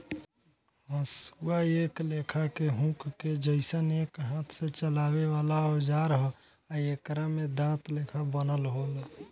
हसुआ एक लेखा के हुक के जइसन एक हाथ से चलावे वाला औजार ह आ एकरा में दांत लेखा बनल होला